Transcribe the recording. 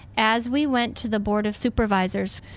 as we went to the board of supervisors,